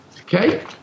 Okay